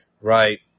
right